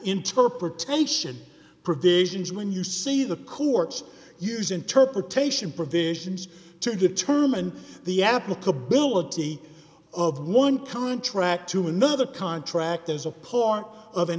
interpretation provisions when you see the courts use interpretation provisions to determine the applicability of one contract to another contract as a pawn of an